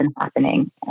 happening